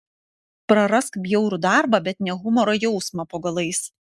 prarask bjaurų darbą bet ne humoro jausmą po galais